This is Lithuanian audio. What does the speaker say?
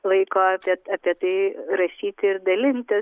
laiko apie apie tai rašyti ir dalintis